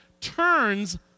turns